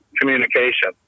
communication